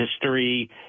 history